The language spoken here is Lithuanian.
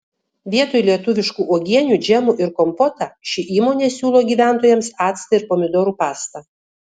vietoj lietuviškų uogienių džemų ir kompotą ši įmonė siūlo gyventojams actą ir pomidorų pastą